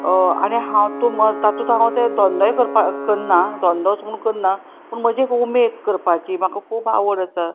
आनी हांव तूं तातूंत हांव ते धंदोय करपाक करिना धंदोच म्हूण करिना पूण म्हजी एक उमेद करपाची म्हाका खूब आवड आसा